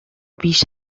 بیش